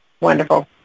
Wonderful